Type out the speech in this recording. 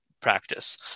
practice